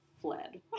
fled